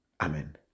Amen